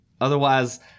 otherwise